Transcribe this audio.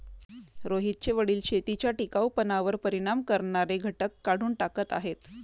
रोहितचे वडील शेतीच्या टिकाऊपणावर परिणाम करणारे घटक काढून टाकत आहेत